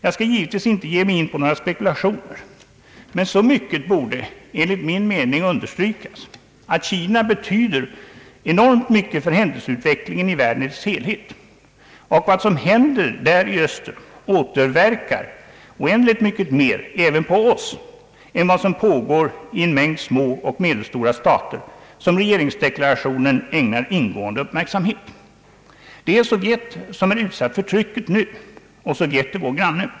Jag skall givetvis inte ge mig in på några spekulationer, men så mycket borde enligt min mening understrykas, att Kina betyder enormt mycket för händelseutvecklingen i världen i dess helhet och att vad som händer i öster återverkar oändligt mycket mer även på oss än vad som pågår i en mängd små och medelstora stater, som regeringsdeklarationen ägnar ingående uppmärksamhet. Det är Sovjet som är utsatt för trycket nu, och Sovjet är vår granne.